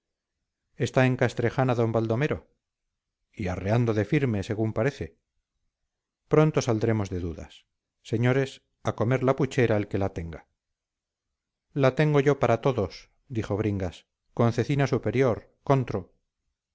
está en castrejana d baldomero y arreando de firme según parece pronto saldremos de dudas señores a comer la puchera el que la tenga la tengo yo para todos dijo bringas con cecina superior contro